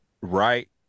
right